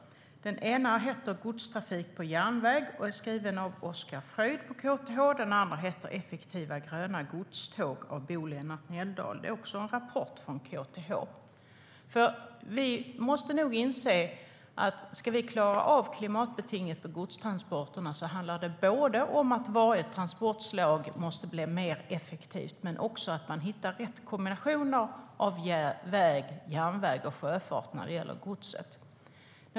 Den ena är Godstrafik på järnväg av Bo-Lennart Nelldal. Det är också en rapport från KTH.Om vi ska klara av klimatbetinget för godstransporterna handlar det om att varje transportslag måste bli effektivare, men också om att hitta rätt kombinationer av väg, järnväg och sjöfart för godstransporterna. Det måste vi nog inse.